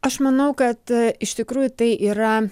aš manau kad iš tikrųjų tai yra